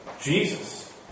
Jesus